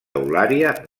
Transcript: eulària